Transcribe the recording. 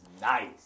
nice